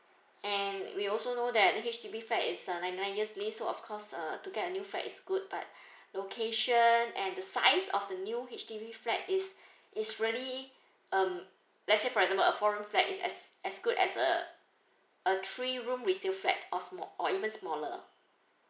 and we also know that H_D_B flat is uh ninety nine years leasehold of course uh to get a new flat is good but location and the size of the new H_D_B flat is it's really um let's say for example a four room flat is as as good as a a three room resale flat or small or even smaller